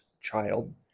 child